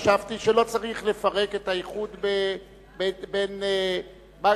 חשבתי שלא צריך לפרק את האיחוד בין דאלית-אל-כרמל